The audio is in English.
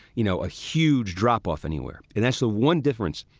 you know, a huge drop off anywhere. and that's the one difference.